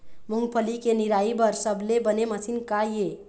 मूंगफली के निराई बर सबले बने मशीन का ये?